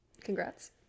Congrats